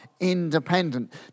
independent